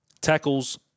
Tackles